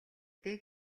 дээ